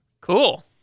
Cool